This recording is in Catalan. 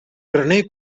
graner